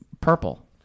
purple